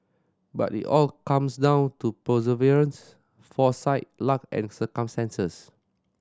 but it all comes down to perseverance foresight luck and circumstances